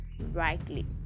rightly